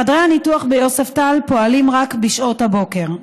חדרי הניתוח ביוספטל פועלים רק בשעות הבוקר,